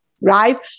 Right